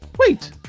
Wait